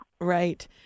Right